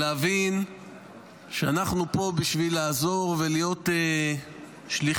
ולהבין שאנחנו פה בשביל לעזור ולהיות שליחים,